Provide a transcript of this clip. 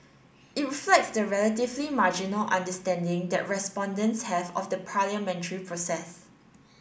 it reflects the relatively marginal understanding that respondents have of the parliamentary process